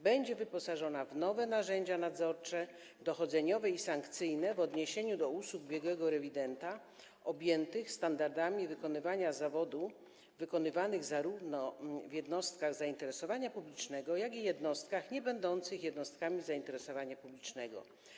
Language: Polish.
Będzie wyposażona w nowe narzędzia nadzorcze, dochodzeniowe i sankcyjne w odniesieniu do usług biegłego rewidenta objętych standardami wykonywania zawodu, wykonywanych zarówno w jednostkach zainteresowania publicznego, jak i jednostkach niebędących jednostkami zainteresowania publicznego.